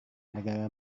negara